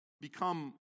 become